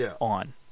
on